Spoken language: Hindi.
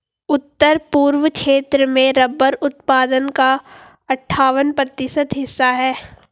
उत्तर पूर्व क्षेत्र में रबर उत्पादन का अठ्ठावन प्रतिशत हिस्सा है